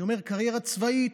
אני אומר "קריירה צבאית"